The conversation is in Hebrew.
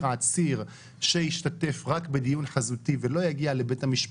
עציר שישתתף רק בדיון חזותי ולא יגיע לבית המשפט,